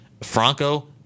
Franco